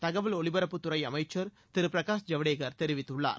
தகவல் ஒலிபரப்புத்துறை அமைச்சர் திரு பிரகாஷ் ஜவடேக்கர் தெரிவித்துள்ளார்